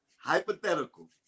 Hypothetical